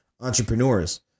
entrepreneurs